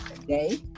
today